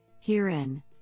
Herein